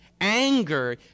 anger